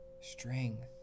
strength